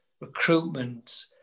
recruitment